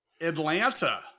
Atlanta